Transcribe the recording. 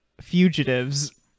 fugitives